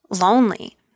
lonely